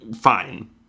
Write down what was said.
fine